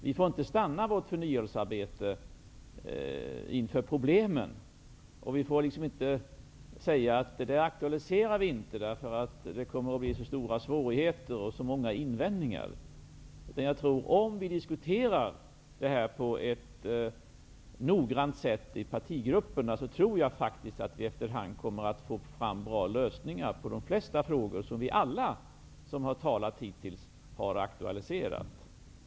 Vi får inte låta vårt förnyelsearbete avstanna inför problemen. Vi får inte säga att vi inte skall aktualisera vissa frågor, eftersom det kommer att leda till stora svårigheter och vi kommer att få så många invändningar. Om vi för noggranna diskussioner i partigrupperna tror jag att vi kommer att få fram bra lösningar på de flesta frågor som alla vi som har talat hittills har aktualiserat.